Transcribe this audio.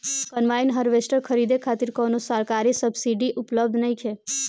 Combine harvester खरीदे खातिर कउनो सरकारी सब्सीडी उपलब्ध नइखे?